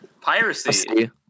Piracy